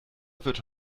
wird